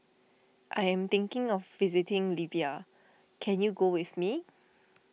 I am thinking of visiting Libya can you go with me